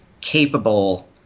capable